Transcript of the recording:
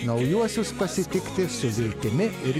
naujuosius pasitikti su viltimi ir